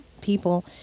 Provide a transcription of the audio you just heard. people